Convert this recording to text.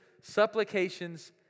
supplications